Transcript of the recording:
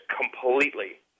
completely